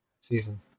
Season